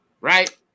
right